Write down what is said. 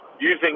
using